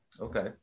okay